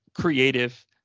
creative